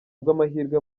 bw’amahirwe